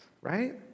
right